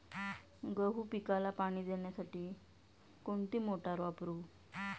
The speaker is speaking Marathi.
गहू पिकाला पाणी देण्यासाठी कोणती मोटार वापरू?